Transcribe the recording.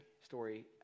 story